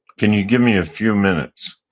can you give me a few minutes?